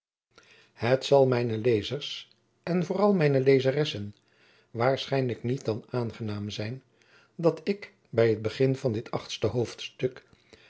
het zal mijnen lezers en vooral mijner lezeressen waarschijnlijk niet dan aangenaam zijn dat ik bij het begin van dit achtste hoofdstuk